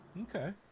Okay